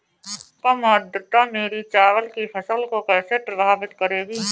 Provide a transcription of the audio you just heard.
कम आर्द्रता मेरी चावल की फसल को कैसे प्रभावित करेगी?